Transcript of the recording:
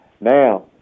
Now